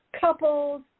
couples